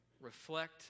reflect